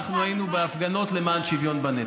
אנחנו היינו בהפגנות למען שוויון בנטל.